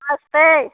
नमस्ते